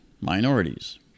minorities